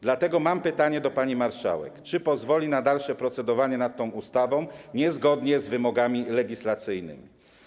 Dlatego mam pytanie do pani marszałek, czy pozwoli na dalsze procedowanie nad tą ustawą niezgodnie z wymogami legislacyjnymi.